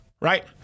Right